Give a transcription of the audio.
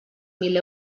mil